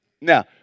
Now